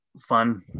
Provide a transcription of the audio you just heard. fun